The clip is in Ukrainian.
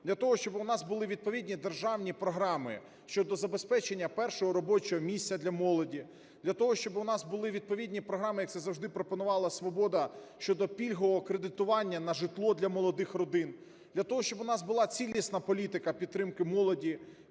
для того щоб у нас були відповідні державні програми щодо забезпечення першого робочого місця для молоді; для того щоб у нас були відповідні програми, як це завжди пропонувала "Свобода", щодо пільгового кредитування на житло для молодих родин; для того щоб у нас була цілісна політика підтримки молоді,